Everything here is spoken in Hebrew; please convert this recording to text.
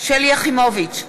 שלי יחימוביץ,